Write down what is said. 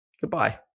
goodbye